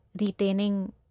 retaining